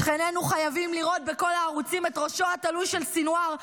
שכנינו חייבים לראות בכל הערוצים את ראשו התלוי של סנוואר,